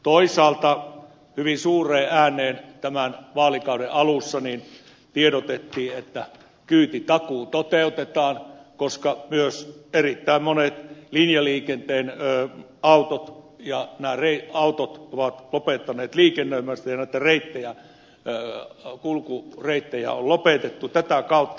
toisaalta hyvin suureen ääneen tämän vaalikauden alussa tiedotettiin että kyytitakuu toteutetaan koska myös erittäin monet linjaliikenteen autot ovat lopettaneet liikennöimisen ja näitä kulkureittejä on lopetettu tätä kautta